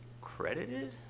Credited